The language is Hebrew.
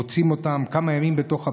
מוצאים אותם אחרי כמה ימים בתוך הבית.